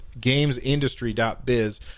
GamesIndustry.biz